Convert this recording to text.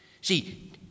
See